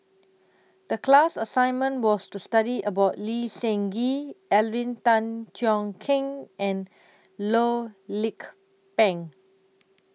The class assignment was to study about Lee Seng Gee Alvin Tan Cheong Kheng and Loh Lik Peng